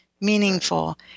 meaningful